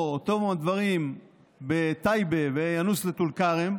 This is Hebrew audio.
או יבצע את אותם הדברים בטייבה וינוס לטול כרם,